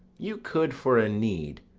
you could, for a need,